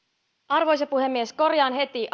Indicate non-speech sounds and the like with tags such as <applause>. arvoisa puhemies korjaan heti <unintelligible>